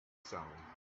sound